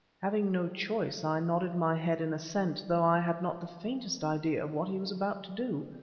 having no choice i nodded my head in assent, though i had not the faintest idea of what he was about to do.